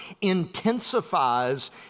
intensifies